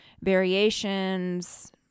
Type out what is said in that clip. variations